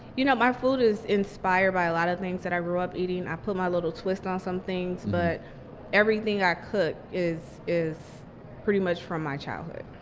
you know my food is inspired by a lot of things that i grew up eating. i put my little twist on some things, but everything i cook is is pretty much from my childhood